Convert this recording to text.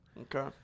Okay